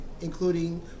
including